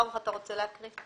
ברוך, אתה רוצה להקריא?